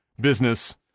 business